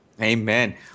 Amen